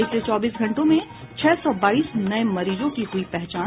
पिछले चौबीस घंटों में छह सौ बाईस नये मरीजों की हुई पहचान